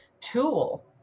tool